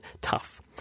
tough